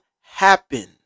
happen